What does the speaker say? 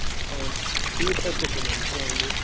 और तीस कट्टे सीमेंट के आएंगे